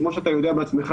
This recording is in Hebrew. כמו שאתה יודע בעצמך